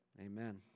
Amen